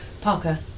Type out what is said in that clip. Parker